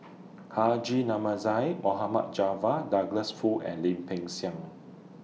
Haji Namazie Mohd Javad Douglas Foo and Lim Peng Siang